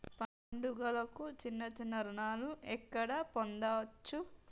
పండుగలకు చిన్న చిన్న రుణాలు ఎక్కడ పొందచ్చు?